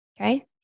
Okay